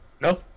No